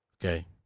Okay